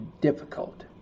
difficult